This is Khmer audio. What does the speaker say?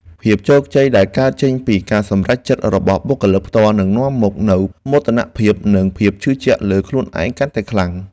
ភាពជោគជ័យដែលកើតចេញពីការសម្រេចចិត្តរបស់បុគ្គលិកផ្ទាល់នឹងនាំមកនូវមោទនភាពនិងភាពជឿជាក់លើខ្លួនឯងកាន់តែខ្លាំង។